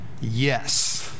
Yes